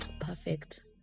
perfect